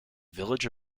village